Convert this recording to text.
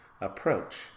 approach